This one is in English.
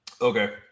Okay